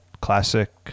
classic